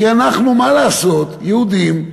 כי אנחנו, מה לעשות, יהודים.